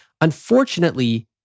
Unfortunately